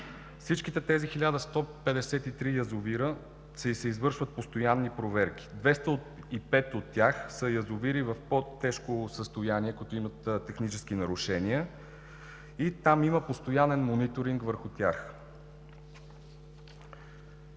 всичките тези 1153 язовира се извършват постоянни проверки, 205 от тях са язовири в по-тежко състояние, които имат технически нарушения и там има постоянен мониторинг върху тях.